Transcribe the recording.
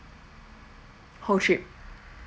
whole trip